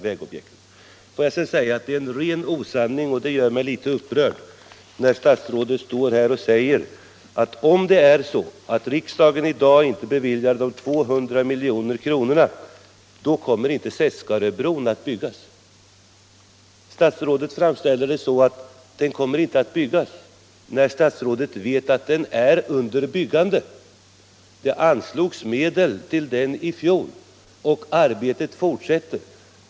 Jag måste sedan säga att det är en ren osanning — och det gör mig litet upprörd — när statsrådet säger, att Seskaröbron inte kommer att byggas, om inte riksdagen i dag beviljar anslaget på 200 milj.kr. Statsrådet framställer det så att bron inte kommer att byggas trots att statsrådet vet att den är under uppförande. Det anslogs medel till den i fjol och arbetet fortsätter.